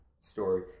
story